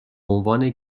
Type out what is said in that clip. عنوان